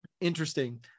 interesting